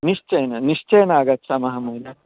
निश्चयेन निश्चयेन आगच्छामः महोदय